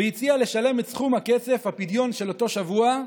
והציע לשלם את סכום הכסף, הפדיון של אותו שבוע,